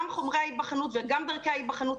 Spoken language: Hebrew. גם חומרי ההיבחנות וגם דרכי ההיבחנות,